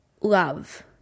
Love